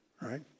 right